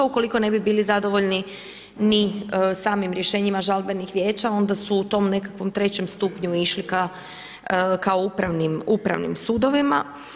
Ukoliko ne bi bili zadovoljni ni samim rješenjima žalbenih vijeća onda su u tom nekakvom trećem stupnju išli k upravnim sudovima.